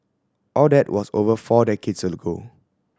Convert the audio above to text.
all that was over four decades ago